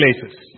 places